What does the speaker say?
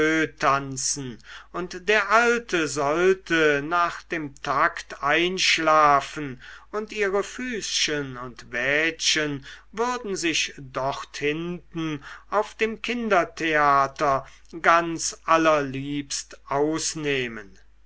tanzen und der alte sollte nach dem takt einschlafen und ihre füßchen und wädchen würden sich dort hinten auf dem kindertheater ganz aller liebst ausnehmen